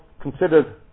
considered